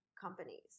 companies